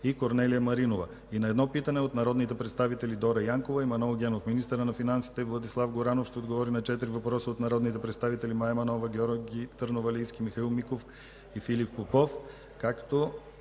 и Корнелия Маринова, и на 1 питане от народните представители Дора Янкова и Манол Генов. Министърът на финансите Владислав Горанов ще отговори на четири въпроса от народните представители Мая Манолова, Георги Търновалийски, Михаил Миков и Филип Попов,